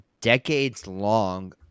decades-long